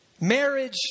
Marriage